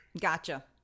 Gotcha